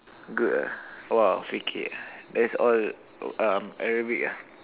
good ah orh fake it that's all um Arabic ah